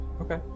Okay